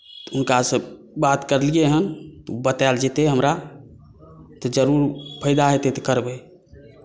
हुनका से बात करलियै हँ बतायल जेतै हमरा तऽ जरुर फायदा हेतै तऽ करबै